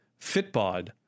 FitBod